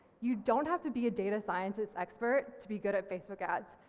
you don't have to be a data scientist expert to be good at facebook ads.